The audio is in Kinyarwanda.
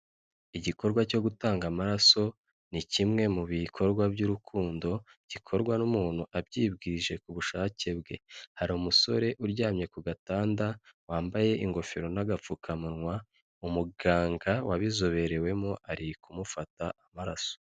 Igikorwa cyo gutanga amaraso ni kimwe mu bikorwa by'urukundo, gikorwa n'umuntu abyibwirije ku bushake bwe, hari umusore uryamye ku gatanda, wambaye ingofero n'agapfukamunwa, umuganga wabizobereyemo ari kumufata amaraso.